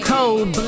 Cold